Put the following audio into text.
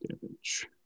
damage